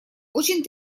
очень